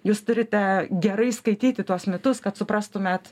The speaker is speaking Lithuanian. jūs turite gerai skaityti tuos mitus kad suprastumėt